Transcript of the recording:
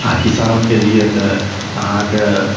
आ किसानके लिए तऽ अहाँके